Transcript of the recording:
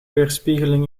weerspiegeling